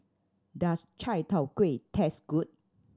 does chai tow kway taste good